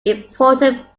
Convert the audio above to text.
important